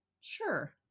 Sure